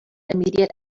immediate